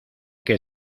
que